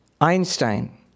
Einstein